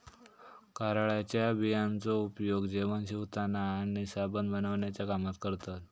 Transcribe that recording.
कारळ्याच्या बियांचो उपयोग जेवण शिवताना आणि साबण बनवण्याच्या कामात करतत